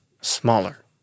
smaller